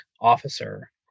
officer